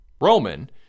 Roman